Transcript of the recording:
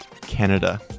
Canada